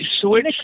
switch